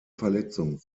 verletzung